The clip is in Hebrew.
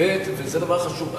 וזה דבר חשוב,